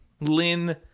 Lynn